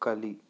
ಕಲಿ